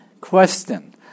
Question